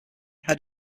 had